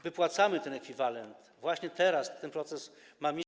Wypłacamy ten ekwiwalent, właśnie teraz ten proces ma miejsce.